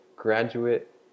graduate